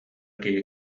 киһи